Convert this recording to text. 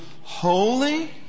holy